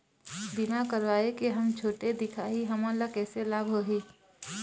बीमा कराए के हम छोटे दिखाही हमन ला कैसे लाभ होही?